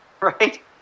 right